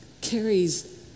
carries